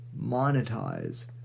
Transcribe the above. monetize